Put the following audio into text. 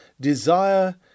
Desire